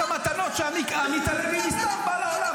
לא עלייך ספציפית, על שאר חברי הכנסת.